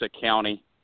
County